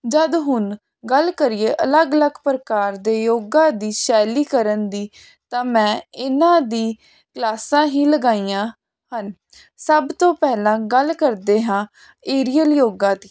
ਜਦ ਹੁਣ ਗੱਲ ਕਰੀਏ ਅਲੱਗ ਅਲੱਗ ਪ੍ਰਕਾਰ ਦੇ ਯੋਗਾ ਦੀ ਸ਼ੈਲੀ ਕਰਨ ਦੀ ਤਾਂ ਮੈਂ ਇਹਨਾਂ ਦੀ ਕਲਾਸਾਂ ਹੀ ਲਗਾਈਆਂ ਹਨ ਸਭ ਤੋਂ ਪਹਿਲਾਂ ਗੱਲ ਕਰਦੇ ਹਾਂ ਏਰੀਅਲ ਯੋਗਾ ਦੀ